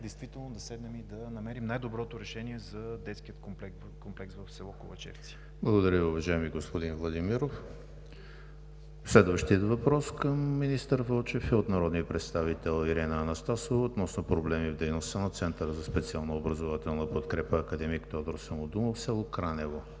на ГЕРБ, да седнем и да намерим най-доброто решение за Детския комплекс в село Ковачевци. ПРЕДСЕДАТЕЛ ЕМИЛ ХРИСТОВ: Благодаря, уважаеми господин Владимиров. Следващият въпрос към министър Вълчев е от народния представител Ирена Анастасова относно проблеми в дейността на Центъра за специална образователна подкрепа „Академик Тодор Самодумов“, село Кранево.